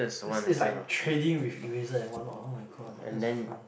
is is like trading with eraser and what not oh-my-god that was fun